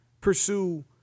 pursue